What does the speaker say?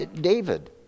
David